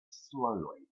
slowly